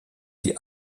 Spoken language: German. die